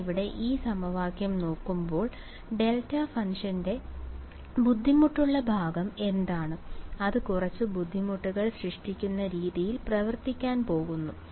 നിങ്ങൾ ഇവിടെ ഈ സമവാക്യം നോക്കുമ്പോൾ ഡെൽറ്റ ഫംഗ്ഷന്റെ ബുദ്ധിമുട്ടുള്ള ഭാഗം എന്താണ് അത് കുറച്ച് ബുദ്ധിമുട്ടുകൾ സൃഷ്ടിക്കുന്ന രീതിയിൽ പ്രവർത്തിക്കാൻ പോകുന്നു